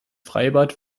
freibad